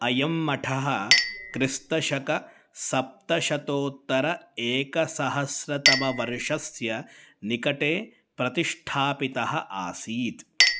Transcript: अयं मठः क्रिस्तशकसप्तशतोत्तर एकसहस्रतमवर्षस्य निकटे प्रतिष्ठापितः आसीत्